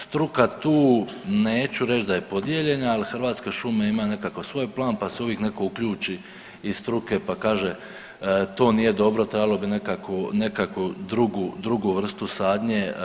Struka tu neću reći da je podijeljena, ali Hrvatske šume imaju nekakav svoj plan, pa se uvijek netko uključi iz struke, pa kaže to nije dobro, trebalo bi nekakvu drugu vrstu sadnje.